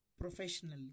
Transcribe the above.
professionally